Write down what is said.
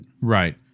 right